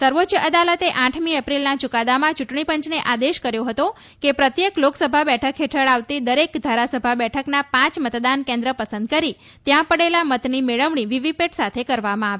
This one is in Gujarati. સર્વોચ્ચ અદાલતે આઠમી એપ્રિલના ચુકાદામાં ચૂંટણી પંચને આદેશ કર્યો હતો કે પ્રત્યેક લોકસભા બેઠક હેઠળ આવતી દરેક ધારાસભા બેઠકના પાંચ મતદાન કેન્દ્ર પસંદ કરી ત્યાં પડેલા મતની મેળવણી વીવીપેટ સાથે કરવામાં આવે